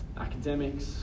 academics